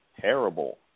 terrible